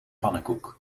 pannenkoek